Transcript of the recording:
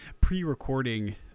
pre-recording